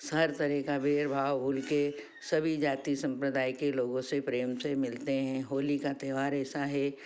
हर तरह का भेदभाव भूल कर सभी जाति संप्रदाय के लोगों से प्रेम से मिलते हैं होली का त्योहार ऐसा है